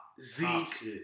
Zeke